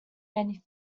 many